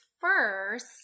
first